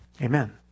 Amen